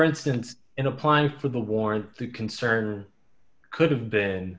instance in applying for the warrant the concern could have been